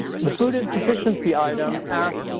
the food insufficiency item asks